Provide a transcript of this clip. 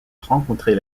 rencontrer